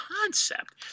concept